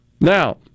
Now